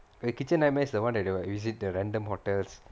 the kitchen nightmares is the [one] that they will use it at the random hotels